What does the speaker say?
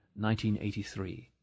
1983